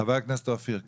חבר הכנסת עופר כסיף.